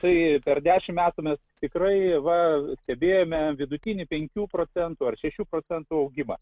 tai per dešimt metų mes tikrai va stebėjome vidutinį penkių procentų ar šešių procentų augimą